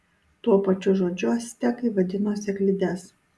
tuo pačiu žodžiu actekai vadino sėklides